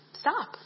stop